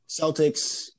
Celtics